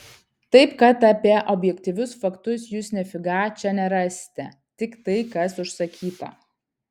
taip kad apie objektyvius faktus jūs nifiga čia nerasite tik tai kas užsakyta